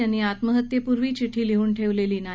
त्यांनी आत्महत्येपूर्वी चिठी लिहून ठेवलेली नाही